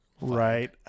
Right